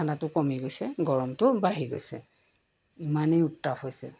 ঠাণ্ডাটো কমি গৈছে গৰমটো বাঢ়ি গৈছে ইমানেই উত্তাপ হৈছে